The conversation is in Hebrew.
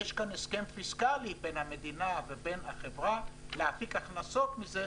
יש כאן הסכם פיסקלי בין המדינה ובין החברה להפיק הכנסות מזה,